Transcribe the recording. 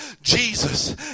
Jesus